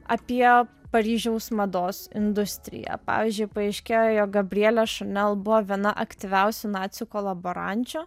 apie paryžiaus mados industriją pavyzdžiui paaiškėjo jog gabrielė chanel buvo viena aktyviausių nacių kolaborantčių